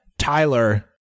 Tyler